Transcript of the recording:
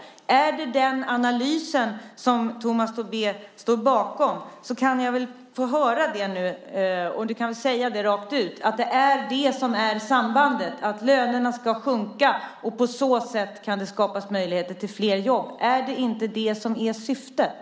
Är det den analysen som Tomas Tobé står bakom, så kan jag väl få höra det nu. Du kan väl säga rakt ut att sambandet är att lönerna ska sjunka och att det på så sätt kan skapas möjligheter till flera jobb. Är det inte detta som är syftet?